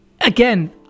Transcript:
again